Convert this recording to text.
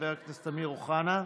חבר הכנסת אמיר אוחנה?